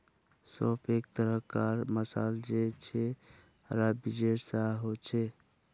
सौंफ एक तरह कार मसाला छे जे हरा बीजेर सा होचे